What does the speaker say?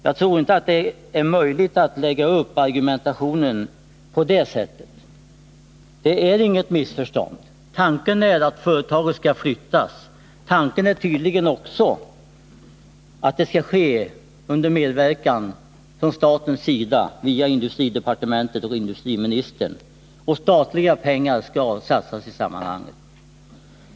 Jag tror inte det är möjligt att lägga upp argumentationen på det sättet. Det är inte fråga om något missförstånd. Tanken är att företaget skall flyttas. Tanken är tydligen också att flyttningen skall ske under medverkan av staten via industridepartementet och industriministern och att statliga pengar skall satsas i sammanhanget.